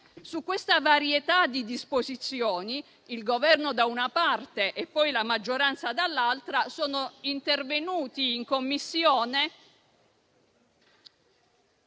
Su questa varietà di disposizioni, il Governo da una parte e poi la maggioranza dall'altra sono intervenuti *(Brusìo)*